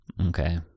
Okay